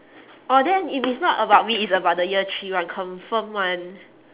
oh then if it's not about me it's about the year three one confirm [one]